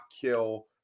kill